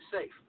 safe